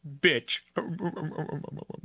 bitch